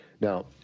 Now